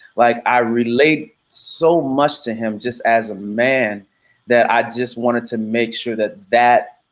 like i relate so much to him just as a man that i just wanted to make sure that that